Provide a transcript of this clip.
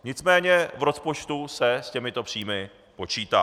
Nicméně v rozpočtu se s těmito příjmy počítá.